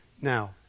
now